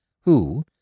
who